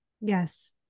Yes